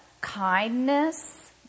kindness